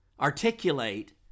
articulate